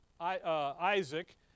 Isaac